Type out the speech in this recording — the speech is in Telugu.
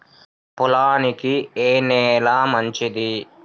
పొలానికి ఏ నేల మంచిది?